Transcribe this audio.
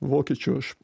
vokiečių aš